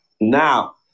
Now